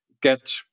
get